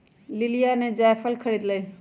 लिलीया ने जायफल खरीद लय